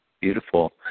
Beautiful